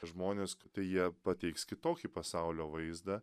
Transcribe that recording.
žmones kad tai jie pateiks kitokį pasaulio vaizdą